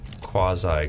quasi